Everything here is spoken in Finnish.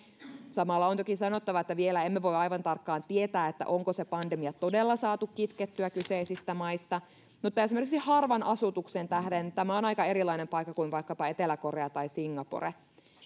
samalla on toki sanottava että vielä emme voi aivan tarkkaan tietää onko se pandemia todella saatu kitkettyä kyseisistä maista mutta esimerkiksi harvan asutuksen tähden tämä on aika erilainen paikka kuin vaikkapa etelä korea tai singapore